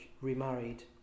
remarried